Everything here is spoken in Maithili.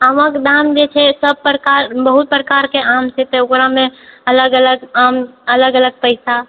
आमक दाम जे छै सब प्रकार बहुत प्रकारकेेँ आम छै तऽ ओकरामे अलग अलग आम अलग अलग पैसा